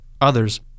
Others